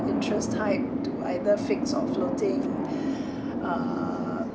interest type to either fixed or floating uh